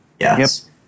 Yes